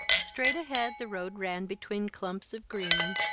straight ahead the road ran between clumps of green,